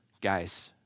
guys